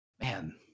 Man